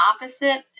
opposite